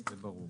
זה ברור.